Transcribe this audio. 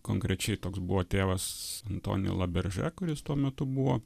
konkrečiai toks buvo tėvas antonela berža kuris tuo metu buvo